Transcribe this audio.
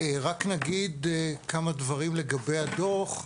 כמה דברים לגבי הדוח.